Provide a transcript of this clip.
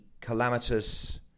calamitous